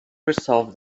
resolved